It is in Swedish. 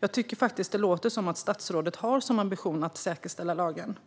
Jag tycker faktiskt att det låter som om statsrådet har som ambition att säkerställa lagen.